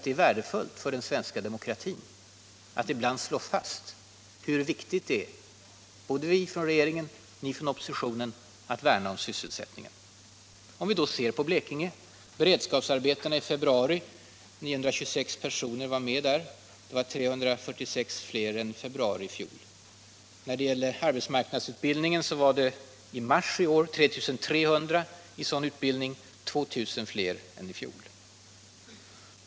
Det är värdefullt för den svenska demokratin sysselsättningen i Blekinge sysselsättningen i Blekinge att ibland slå fast hur viktigt det är att både regeringen och oppositionen värnar om sysselsättningen. Om vi då ser på Blekinge, finner vi att i beredskapsarbetena i februari var 926 personer med — det var 346 fler än i februari i fjol. I mars i år var 3 300 personer i arbetsmarknadsutbildning — 2 000 fler än i fjol.